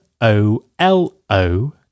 O-L-O